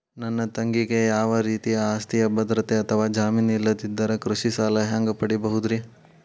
ನನ್ನ ತಂಗಿಗೆ ಯಾವ ರೇತಿಯ ಆಸ್ತಿಯ ಭದ್ರತೆ ಅಥವಾ ಜಾಮೇನ್ ಇಲ್ಲದಿದ್ದರ ಕೃಷಿ ಸಾಲಾ ಹ್ಯಾಂಗ್ ಪಡಿಬಹುದ್ರಿ?